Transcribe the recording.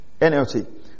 NLT